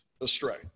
astray